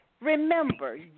remember